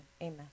amen